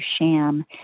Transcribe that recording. sham